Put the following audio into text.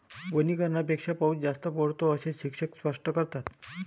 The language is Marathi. वनीकरणापेक्षा पाऊस जास्त पडतो, असे शिक्षक स्पष्ट करतात